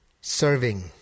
serving